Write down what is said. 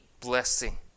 blessing